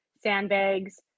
sandbags